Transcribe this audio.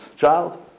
child